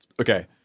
okay